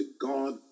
God